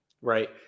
Right